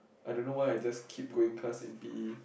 I don't know why I just keep going class in P_E